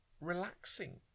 relaxing